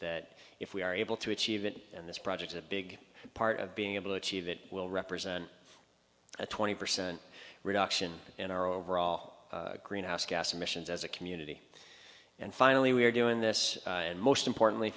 that if we are able to achieve it and this project a big part of being able to achieve it will represent a twenty percent reduction in our overall greenhouse gas emissions as a community and finally we're doing this and most importantly